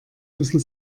müssen